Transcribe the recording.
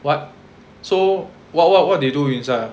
what so what what what they do inside ah